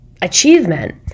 achievement